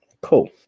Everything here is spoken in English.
cool